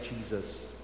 Jesus